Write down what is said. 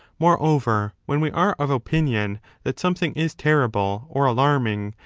moreover, when we are of opinion that something is terrible or alarming,